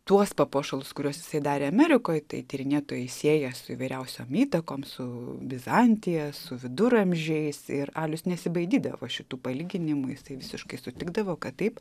tuos papuošalus kuriuos jisai darė amerikoj tai tyrinėtojai sieja su įvairiausiom įtakom s su bizantija su viduramžiais ir alius nesibaidydavo šitų palyginimų jisai visiškai sutikdavo kad taip